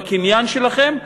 בקניין שלכם,